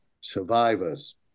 survivors